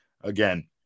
again